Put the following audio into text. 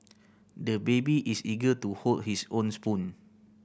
the baby is eager to hold his own spoon